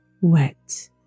wet